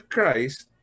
Christ